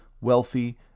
wealthy